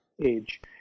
age